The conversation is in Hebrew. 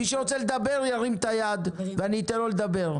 מי שרוצה לדבר ירים את היד ואני אתן לו לדבר.